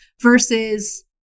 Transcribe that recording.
versus